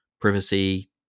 privacy